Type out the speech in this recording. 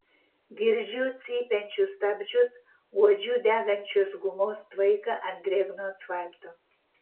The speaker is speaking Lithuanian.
girdžiu cypiančius stabdžius uodžiu degančios gumos tvaiką ant drėgno asfalto